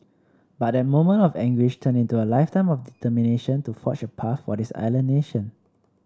but that moment of anguish turned into a lifetime of determination to forge a path for this island nation